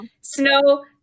snow